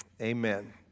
Amen